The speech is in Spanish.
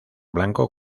blanco